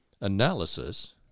analysis